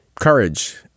courage